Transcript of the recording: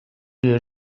you